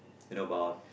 in about